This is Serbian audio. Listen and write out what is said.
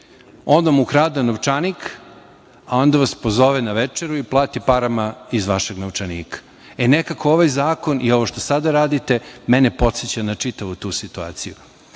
on vam ukrade novčanik, a onda vas pozove na večeru i plati parama iz vašeg novčanika. Nekako ovaj zakon i ovo što sada radite mene podseća na čitavu tu situaciju.